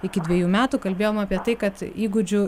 iki dvejų metų kalbėjom apie tai kad įgūdžių